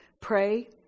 Pray